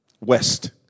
West